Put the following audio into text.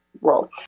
world